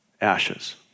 ashes